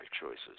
choices